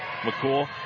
McCool